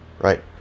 right